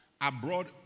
Abroad